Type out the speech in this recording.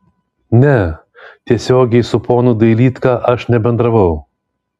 ne tiesiogiai su ponu dailydka aš nebendravau